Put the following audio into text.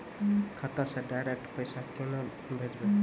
खाता से डायरेक्ट पैसा केना भेजबै?